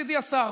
ידידי השר,